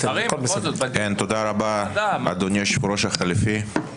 תודה רבה, אדוני היושב-ראש החליפי.